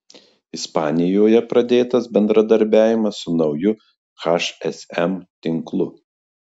ispanijoje pradėtas bendradarbiavimas su nauju hsm tinklu